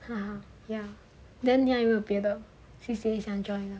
(uh huh) ya then 你还有没有别的 C_C_A 想 join 的